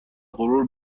غرور